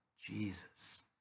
Jesus